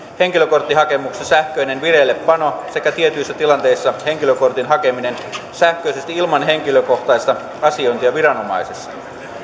henkilökorttihakemuksessa sähköinen vireillepano sekä tietyissä tilanteissa henkilökortin hakeminen sähköisesti ilman henkilökohtaista asiointia viranomaisessa